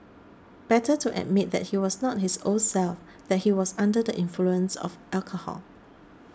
better to admit that he was not his old self that he was under the influence of alcohol